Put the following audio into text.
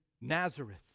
Nazareth